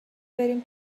بریم